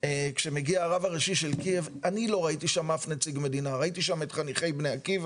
אני גיליתי את זה